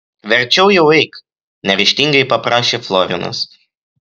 verčiau jau eik neryžtingai paprašė florinas